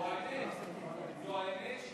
בואו תגידו פעם את האמת.